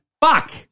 fuck